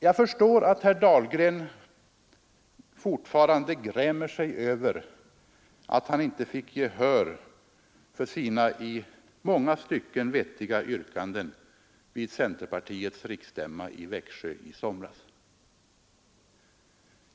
Jag förstår att herr Dahlgren fortfarande grämer sig över att han inte fick gehör för sina i många stycken vettiga yrkanden vid centerpartiets riksstämma i Växjö i somras.